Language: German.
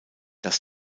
das